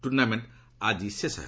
tournament ଆଜି ଶେଷ ହେବ